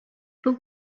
but